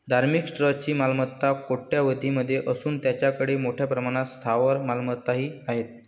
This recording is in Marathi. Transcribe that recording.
धार्मिक ट्रस्टची मालमत्ता कोट्यवधीं मध्ये असून त्यांच्याकडे मोठ्या प्रमाणात स्थावर मालमत्ताही आहेत